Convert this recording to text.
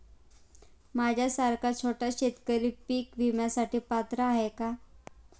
माझ्यासारखा छोटा शेतकरी पीक विम्यासाठी पात्र आहे का?